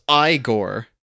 Igor